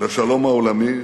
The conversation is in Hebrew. לשלום העולמי,